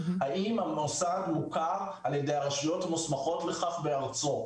האם המוסד מוכר על-ידי הרשויות המוסמכות לכך בארצו.